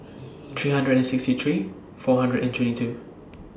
three hundred and sixty three four hundred and twenty two